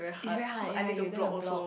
is very hard ya you're gonna to block